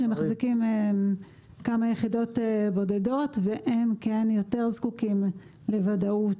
שמחזיקים כמה יחידות בודדות והם יותר זקוקים לוודאות.